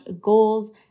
goals